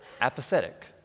apathetic